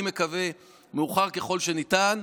אני מקווה שמאוחר ככל שניתן.